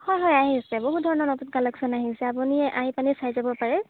হয় হয় আহিছে বহুত ধৰণৰ নতুন কালেকশ্যন আহিছে আপুনি আহি পিনে চাই যাব পাৰে